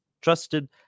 trusted